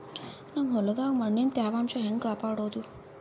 ನಮ್ ಹೊಲದಾಗ ಮಣ್ಣಿನ ತ್ಯಾವಾಂಶ ಹೆಂಗ ಕಾಪಾಡೋದು?